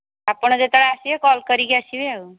ଆପଣ ଯେତେବେଳେ ଆସିବେ କଲ୍ କରିକି ଆସିବେ ଆଉ